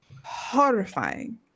horrifying